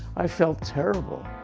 i felt terrible.